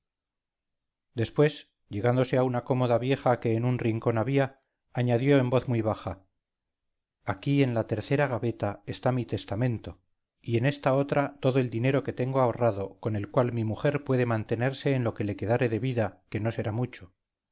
después llegándose a una cómoda vieja que en un rincón había añadió en voz muy baja aquí en la tercera gaveta está mi testamento y en esta otra todo el dinero que tengo ahorrado con el cual mi mujer puede mantenerse en lo que le quedare de vida que no será mucho